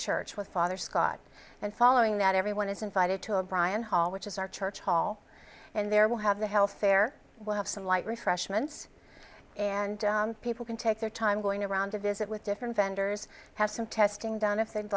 church with father scott and following that everyone is invited to a brian hall which is our church hall and there will have the health care we'll have some light refreshments and people can take their time going around to visit with different vendors have some testing done if they'd